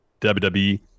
WWE